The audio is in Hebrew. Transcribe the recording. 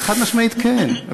חד-משמעית כן.